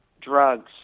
drugs